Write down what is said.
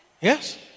Yes